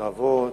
בעיר האבות,